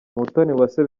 umutoniwase